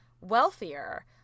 wealthier